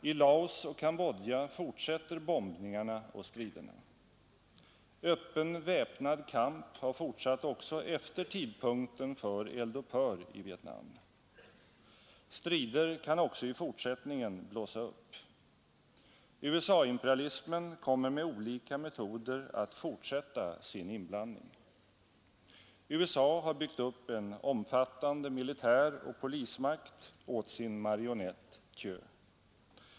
I Laos och Cambodja fortsätter bombningarna och striderna. Öppen väpnad kamp har fortsatt också efter tidpunkten för eld upphör i Vietnam. Strider kan också i fortsättningen blossa upp. USA-imperialismen kommer med olika metoder att fortsätta sin inblandning. USA har byggt upp en omfattande militäroch polismakt åt sin marionett Thieu.